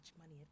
money